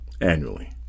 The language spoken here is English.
annually